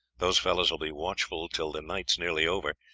those fellows will be watchful till the night is nearly over.